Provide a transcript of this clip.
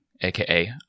aka